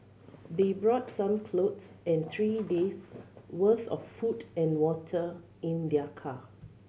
they brought some clothes and three days' worth of food and water in their car